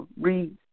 read